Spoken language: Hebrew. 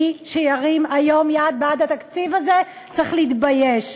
מי שירים היום יד בעד התקציב הזה צריך להתבייש,